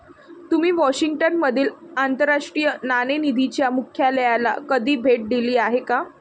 तुम्ही वॉशिंग्टन मधील आंतरराष्ट्रीय नाणेनिधीच्या मुख्यालयाला कधी भेट दिली आहे का?